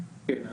כן.